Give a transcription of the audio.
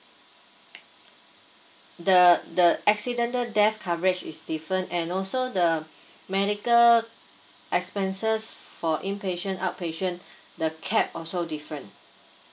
the the accidental death coverage is different and also the medical expenses for impatient outpatient the cap also different